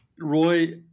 Roy